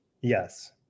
Yes